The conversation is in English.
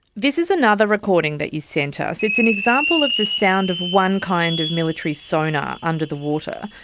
this is another recording that you sent us, it's an example of the sound of one kind of military sonar under the water.